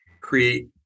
create